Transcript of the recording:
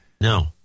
No